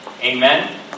Amen